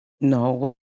No